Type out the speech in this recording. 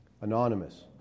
Anonymous